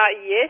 yes